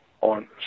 on